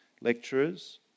lecturers